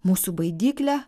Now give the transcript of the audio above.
mūsų baidyklę